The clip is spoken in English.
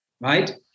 Right